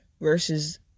versus